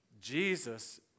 Jesus